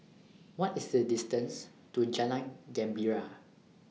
What IS The distance to Jalan Gembira